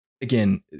Again